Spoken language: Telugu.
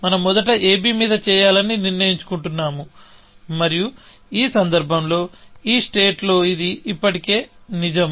మనం మొదట ab మీద చేయాలని నిర్ణయించుకున్నాము మరియు ఈ సందర్భంలో ఈ స్టేట్ లో ఇది ఇప్పటికే నిజం